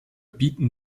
bieten